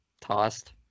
tossed